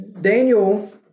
Daniel